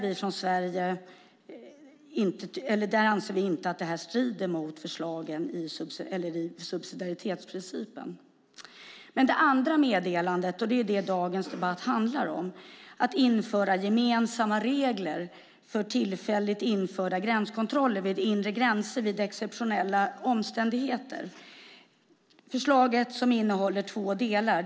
Vi anser inte att det strider mot subsidiaritetsprincipen. Det andra förslaget, som dagens debatt handlar om, gäller införande av gemensamma regler för tillfälliga gränskontroller vid inre gränser vid exceptionella omständigheter. Förslaget innehåller två delar.